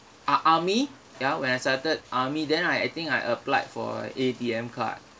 ah army ya when I started army then I I think I applied for A_T_M card